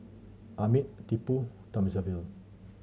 Amit Tipu Thamizhavel